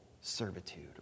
servitude